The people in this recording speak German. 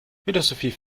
philosophie